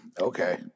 Okay